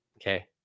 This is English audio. Okay